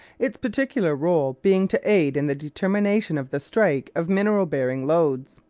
its particular role being to aid in the determination of the strike of mineral-bearing lodes.